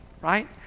right